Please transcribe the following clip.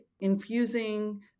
infusing